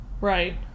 Right